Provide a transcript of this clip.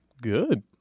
Good